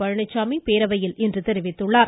பழனிச்சாமி பேரவையில் இன்று தெரிவித்துள்ளார்